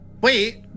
Wait